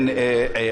פרופסור שמר,